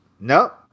No